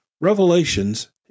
Revelations